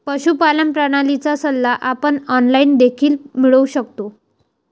पशुपालन प्रणालीचा सल्ला आपण ऑनलाइन देखील मिळवू शकतो